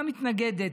מה מתנגדת?